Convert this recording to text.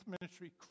ministry